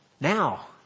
now